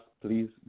Please